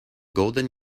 golden